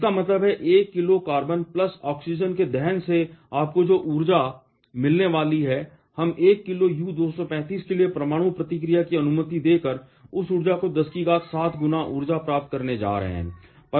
इसका मतलब है कि 1 किलो कार्बन प्लस ऑक्सीजन के दहन से आपको जो ऊर्जा मिलने वाली है हम 1 किलो U 235 के लिए परमाणु प्रतिक्रिया की अनुमति देकर उस ऊर्जा को 107 गुना ऊर्जा प्राप्त करने जा रहे हैं